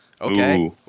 Okay